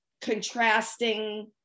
contrasting